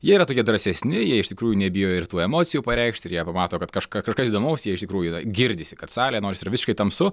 jie yra tokie drąsesni jie iš tikrųjų nebijo ir tų emocijų pareikšt ir jie pamato kad kažką kažkas įdomaus jie iš tikrųjų yra girdisi kad salė nors yra visiškai tamsu